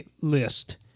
list